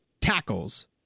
tackles